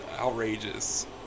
outrageous